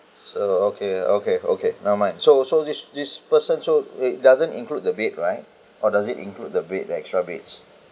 so okay okay okay never mind so so this this person so it doesn't include the bed right or does it include the bed the extra beds